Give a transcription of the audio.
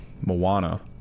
Moana